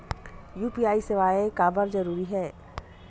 UPI सेवाएं काबर जरूरी हे?